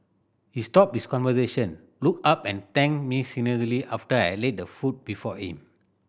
he stopped his conversation looked up and thanked me after I laid the food before him